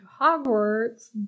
Hogwarts